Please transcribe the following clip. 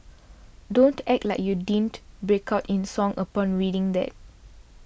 don't act like you didn't break out in song upon reading that